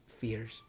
fears